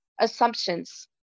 assumptions